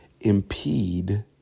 impede